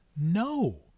no